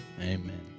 Amen